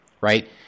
right